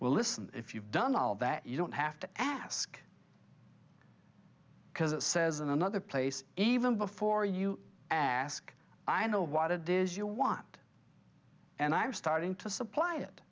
well listen if you've done all that you don't have to ask because it says in another place even before you ask i know what it is you want and i'm starting to supply it